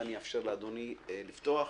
ואני אאפשר לאדוני לפתוח.